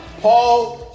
Paul